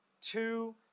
two